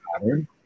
pattern